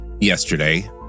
Yesterday